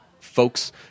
folks